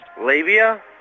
Labia